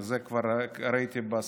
את זה כבר ראיתי בספרים,